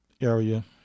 area